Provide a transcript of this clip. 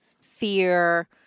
fear